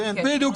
בדיוק.